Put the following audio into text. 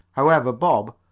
however, bob,